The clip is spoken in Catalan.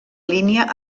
línia